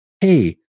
hey